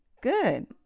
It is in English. good